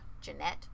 Jeanette